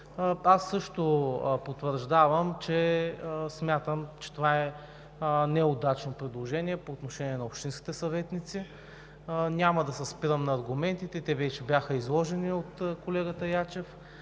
Аз също смятам, че това е неудачно предложение по отношение на общинските съветници. Няма да се спирам на аргументите – те вече бяха изложени от колегата Ячев,